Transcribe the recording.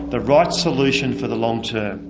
the right solution for the long term.